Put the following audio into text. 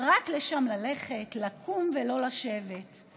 רק לשם ללכת / לקום ולא לשבת //